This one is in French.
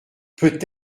peut